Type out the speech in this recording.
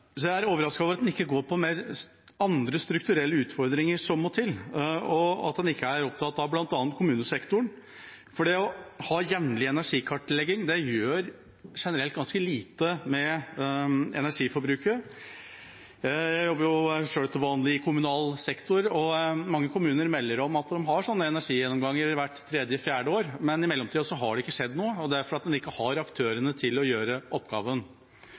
Jeg er overrasket over at en ikke går på andre strukturelle utfordringer som må til, og at en ikke er opptatt av bl.a. kommunesektoren. Det å ha jevnlig energikartlegging gjør generelt ganske lite med energiforbruket. Jeg jobber selv til vanlig i kommunal sektor, og mange kommuner melder om at de har energigjennomganger hvert tredje–fjerde år, men i mellomtida har det ikke skjedd noe, og det er fordi en ikke har aktørene til å gjøre oppgaven.